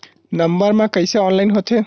Number मा कइसे online होथे?